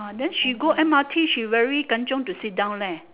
ah then she go M_R_T she very kanchiong to sit down leh